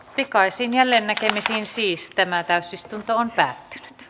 pikaisiin jälleennäkemistä siis tämä täysistunto keskeytettiin